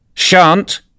Sha'n't